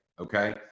Okay